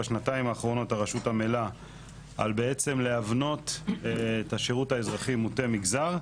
בשנתיים האחרונות הרשות עמלה על להבנות את השירות האזרחי מוטה מגזר,